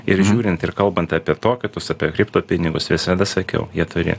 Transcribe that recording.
ir žiūrint ir kalbant apie tokitus apie kriptopinigus visada sakiau jie turi